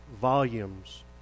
volumes